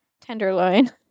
tenderloin